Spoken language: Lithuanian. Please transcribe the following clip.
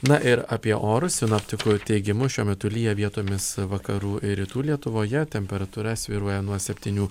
na ir apie orus sinoptikų teigimu šiuo metu lyja vietomis vakarų ir rytų lietuvoje temperatūra svyruoja nuo septynių